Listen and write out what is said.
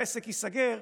והעסק ייסגר,